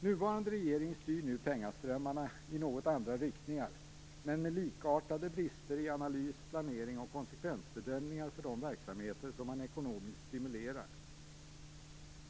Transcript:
Nuvarande regering styr nu pengaströmmarna i något andra riktningar, men med likartade brister i analys, planering och konsekvensbedömningar för de verksamheter som man ekonomiskt stimulerar.